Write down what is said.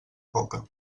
coca